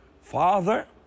Father